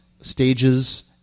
stages